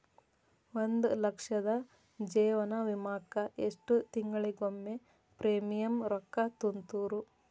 ಒಂದ್ ಲಕ್ಷದ ಜೇವನ ವಿಮಾಕ್ಕ ಎಷ್ಟ ತಿಂಗಳಿಗೊಮ್ಮೆ ಪ್ರೇಮಿಯಂ ರೊಕ್ಕಾ ತುಂತುರು?